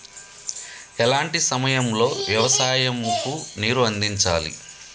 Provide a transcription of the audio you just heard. ఎలాంటి సమయం లో వ్యవసాయము కు నీరు అందించాలి?